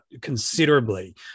considerably